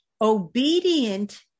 obedient